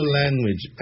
language